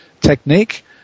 technique